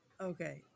Okay